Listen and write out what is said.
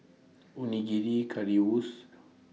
Onigiri Currywurst